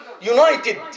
united